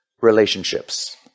relationships